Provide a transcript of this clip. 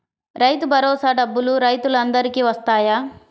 రైతు భరోసా డబ్బులు రైతులు అందరికి వస్తాయా?